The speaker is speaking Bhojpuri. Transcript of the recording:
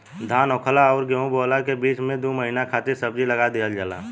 धान होखला अउरी गेंहू बोअला के बीच में दू महिना खातिर सब्जी लगा दिहल जाला